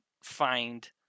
Find